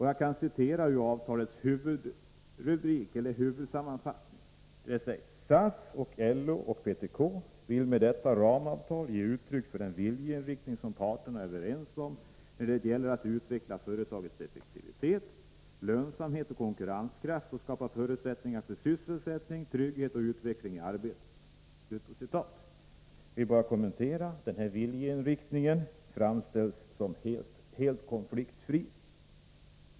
Jag citerar ur avtalets huvudsammanfattning: ”SAF, LO och PTK vill med detta ramavtal ge uttryck för den viljeinriktning som parterna är överens om när det gäller att utveckla företagens effektivitet, lönsamhet och konkurrenskraft och skapa förutsättningar för sysselsättning, trygghet och utveckling i arbetet.” Som kommentar vill jag säga att den här viljeinriktningen framställs som helt konfliktfri.